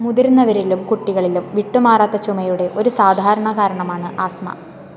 മുതിർന്നവരിലും കുട്ടികളിലും വിട്ടുമാറാത്ത ചുമയുടെ ഒരു സാധാരണ കാരണമാണ് ആസ്മ